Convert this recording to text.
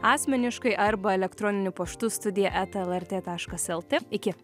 asmeniškai arba elektroniniu paštu studija eta lrt taškas lt iki